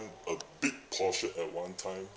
a big portion at one time